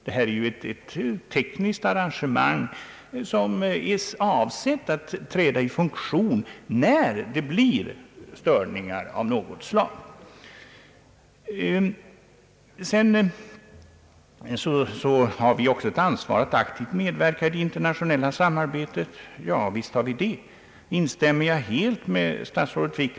Detta på valutafronten är ett tekniskt arrangemang avsett att träda i funktion när det blir störningar av något slag. Jag instämmer helt när statsrådet Wickman säger att vi också har ett ansvar att aktivt medverka i det internationella samarbetet.